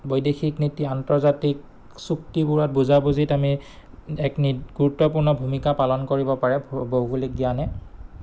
বৈদেশিক নীতি আন্তৰ্জাতিক চুক্তিবোৰত বুজাবুজিত আমি এক গুৰুত্বপূৰ্ণ ভূমিকা পালন কৰিব পাৰে ভৌগোলিক জ্ঞানে